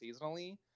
seasonally